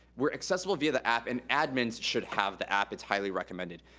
we're accessible via the app, and admins should have the app. it's highly recommended.